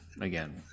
again